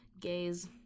gays